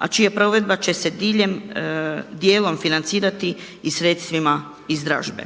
a čija provedba će se diljem, dijelom financirati i sredstvima iz dražbe.